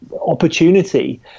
opportunity